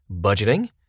budgeting